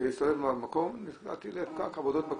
כדי להסתובב במקום נקלעתי לפקק עבודות בכביש,